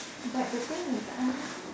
but the thing is I